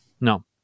No